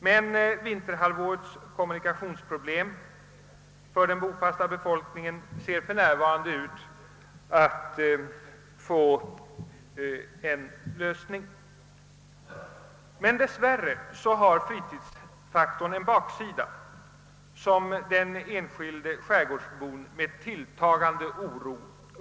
Det ser dock ut som om den bofasta befolkningen nu skulle kunna få förbättrade kommunikationer även under vinterhalvåret. Men dess värre har fritidsfaktorn en baksida, som den enskilde skärgårdsbon ser med tilltagande oro.